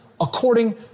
according